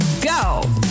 go